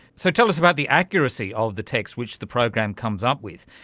so tell us about the accuracy of the text which the program comes up with.